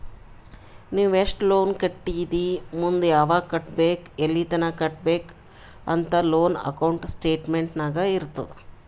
ನೀ ಎಸ್ಟ್ ಲೋನ್ ಕಟ್ಟಿದಿ ಮುಂದ್ ಯಾವಗ್ ಕಟ್ಟಬೇಕ್ ಎಲ್ಲಿತನ ಕಟ್ಟಬೇಕ ಅಂತ್ ಲೋನ್ ಅಕೌಂಟ್ ಸ್ಟೇಟ್ಮೆಂಟ್ ನಾಗ್ ಇರ್ತುದ್